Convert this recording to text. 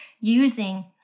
using